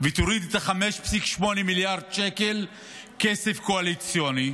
ותוריד את ה-5.8 מיליארד שקל כסף קואליציוני,